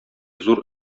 зур